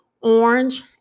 orange